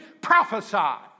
prophesy